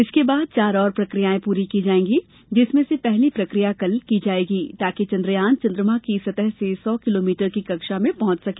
इसके बाद चार और प्रक्रियाएं पूरी की जाएंगी जिसमें से पहली प्रक्रिया कल की जाएगी ताकि चन्द्रयान चन्द्रमा की सतह से सौ किलोमीटर की कक्षा में पहुंच सके